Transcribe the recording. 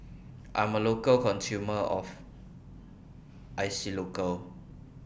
I'm A Local Consumer of Isocal